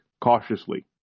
Cautiously